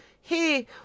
Hey